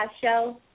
show